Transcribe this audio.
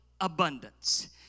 abundance